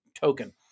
token